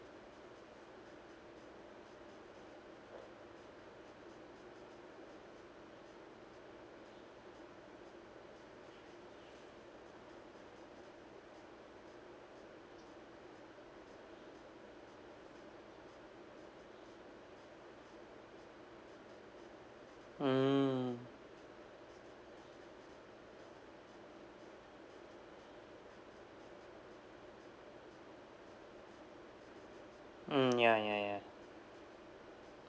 mm mm ya ya ya